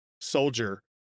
soldier